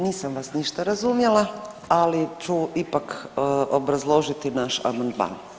Nisam vas ništa razumjela, ali ću ipak obrazložiti naš amandman.